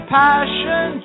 passion